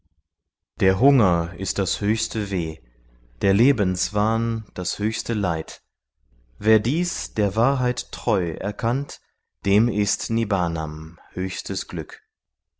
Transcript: der hunger ist das höchste weh der lebenswahn das höchste leid wer dies der wahrheit treu erkannt dem ist nibbnam höchstes glück